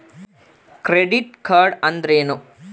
Credit card ಅಂದ್ರೇನು?